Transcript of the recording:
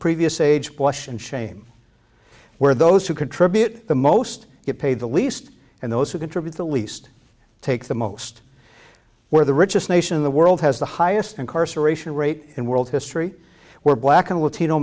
previous age blush and shame where those who contribute the most get paid the least and those who contribute the least take the most where the richest nation in the world has the highest incarceration rate in world history where black and latino